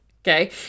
okay